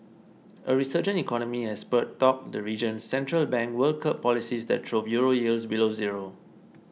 a resurgent economy has spurred talk the region's central bank will curb policies that drove Euro yields below zero